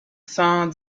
cent